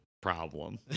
problem